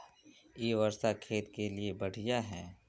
इ वर्षा खेत के लिए बढ़िया है?